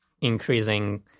increasing